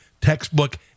textbook